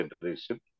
generation